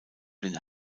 denn